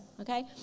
Okay